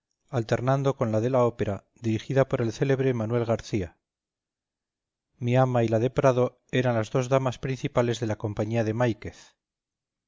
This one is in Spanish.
alternando con la de ópera dirigida por el célebre manuel garcía mi ama y la de prado eran las dos damas principales de la compañía de máiquez